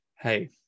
Hey